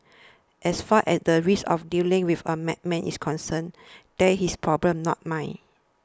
as far as the risk of dealing with a madman is concerned that's his problem not mine